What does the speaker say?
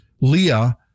Leah